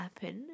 happen